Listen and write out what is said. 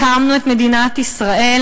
הקמנו את מדינת ישראל.